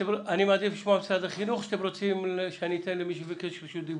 האם לתת קודם למשרד החינוך או קודם למי שביקש רשות דיבור?